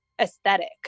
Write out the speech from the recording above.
aesthetic